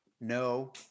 no